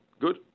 Good